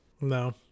No